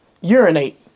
urinate